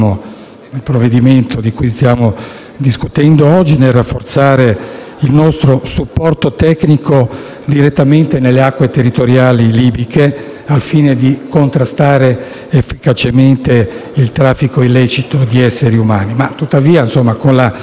il provvedimento di cui stiamo discutendo oggi nel rafforzare il nostro supporto tecnico direttamente nelle acque territoriali libiche, al fine di contrastare efficacemente il traffico illecito di esseri umani, tuttavia con la